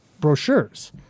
brochures